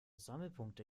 sammelpunkte